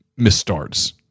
misstarts